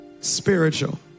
spiritual